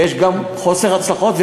יש גם חוסר הצלחות,